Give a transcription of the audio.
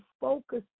focus